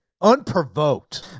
unprovoked